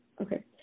Okay